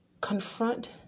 confront